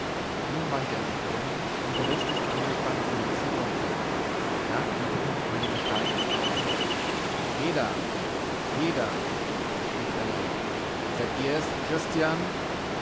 nun wandte er sich um und riß das ausgespannte netz herunter da fiel ihm meine gestalt ins auge he da he da rief er laut seid ihr es christian